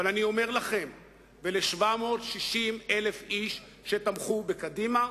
אבל אני אומר לכם ול-760,000 איש שתמכו בקדימה: